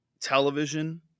television